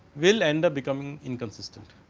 will and a become in consistent,